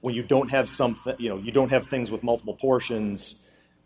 where you don't have something you know you don't have things with multiple portions